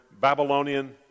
Babylonian